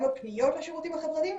גם בפניות לשירותים החברתיים,